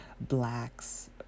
blacks